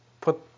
put